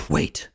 Wait